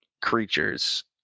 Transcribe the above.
creatures